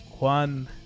Juan